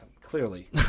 Clearly